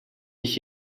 ich